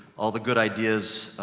all the good ideas,